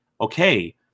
okay